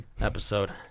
episode